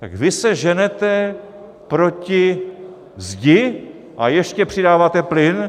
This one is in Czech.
Tak vy se seženete proti zdi, a ještě přidáváte plyn?